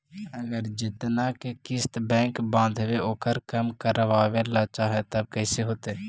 अगर जेतना के किस्त बैक बाँधबे ओकर कम करावे ल चाहबै तब कैसे होतै?